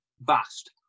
vast